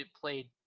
played